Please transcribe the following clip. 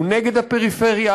הוא נגד הפריפריה,